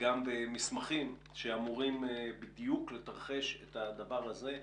וגם במסמכים שאמורים לתרחש בדיוק את הדבר הזה,